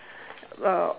uhh